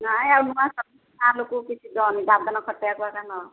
ନାଇଁ ଆଉ ନୂଆ ସରକାର ଲୋକଙ୍କୁ କିଛି ଦାଦନ ଖଟିବାକୁ ଏକା ନ ନଉ